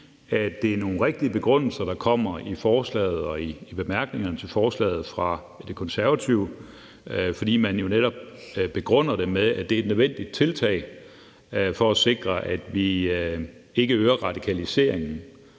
at det er nogle rigtige begrundelser, der kommer i forslaget og i bemærkningerne til forslaget fra De Konservative, fordi man netop begrunder det med, at det er et nødvendigt tiltag for at sikre, at vi ikke øger radikaliseringen